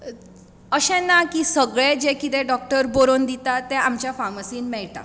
अशें ना की सगळें जे कितेंं डॉक्टर्स बरोवन दितात तें आमच्या फार्मसींत मेळटा